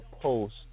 post